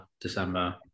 December